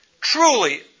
Truly